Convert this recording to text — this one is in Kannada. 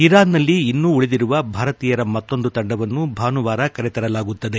ಇರಾನ್ನಲ್ಲಿ ಇನ್ನೂ ಉಳಿದಿರುವ ಭಾರತೀಯರ ಮತ್ತೊಂದು ತಂಡವನ್ನು ಭಾನುವಾರ ಕರೆತರಲಾಗುತ್ತದೆ